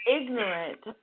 ignorant